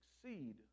succeed